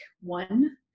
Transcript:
one